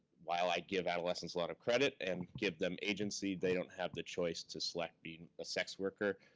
while i give adolescents a lot of credit and give them agency, they don't have the choice to select being a sex worker.